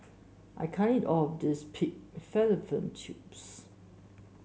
I can't eat all of this Pig Fallopian Tubes